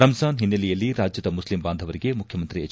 ರಂಜ ಾನ್ ಹಿನ್ನೆಲೆಯಲ್ಲಿ ರಾಜ್ಯದ ಮುಸ್ಲಿಂ ಬಾಂಧವರಿಗೆ ಮುಖ್ಯಮಂತ್ರಿ ಎಚ್